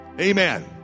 Amen